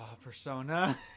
Persona